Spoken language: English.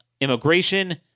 immigration